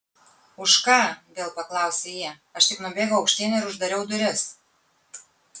už ką vėl paklausė ji aš tik nubėgau aukštyn ir uždariau duris